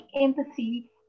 empathy